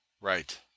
Right